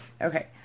Okay